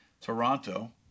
Toronto